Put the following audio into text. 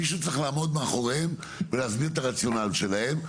מישהו צריך לעמוד מאחוריהם ולהסביר את הרציונל שלהם,